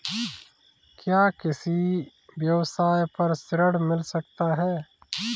क्या किसी व्यवसाय पर ऋण मिल सकता है?